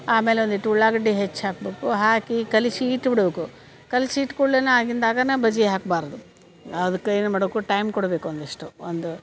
ಆಮೇಲೆ ಒಂದಿಟ್ಟು ಉಳ್ಳಾಗಡ್ಡಿ ಹೆಚ್ಚಿ ಹಾಕಬೇಕು ಹಾಕಿ ಕಲಿಸಿ ಇಟ್ಬಿಡಬೇಕು ಕಲಿಸಿ ಇಟ್ಕೂಡ್ಳೆನ ಆಗಿಂದು ಆಗನ ಬಜಿ ಹಾಕ್ಬಾರದು ಅದ್ಕ ಏನು ಮಾಡಬೇಕು ಟೈಮ್ ಕೊಡಬೇಕು ಒಂದಿಷ್ಟು ಒಂದು